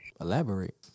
Elaborate